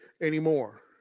anymore